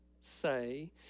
say